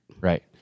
Right